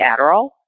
Adderall